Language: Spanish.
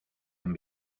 han